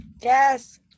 Yes